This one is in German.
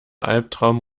albtraum